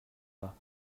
pas